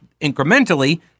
incrementally